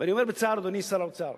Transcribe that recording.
ואני אומר בצער, אדוני שר האוצר.